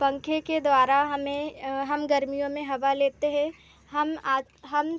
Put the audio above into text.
पंखे के द्वारा हमें हम गर्मियों में हवा लेते है हम हम